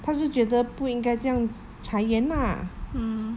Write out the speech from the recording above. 她就觉得不应该这样裁员 lah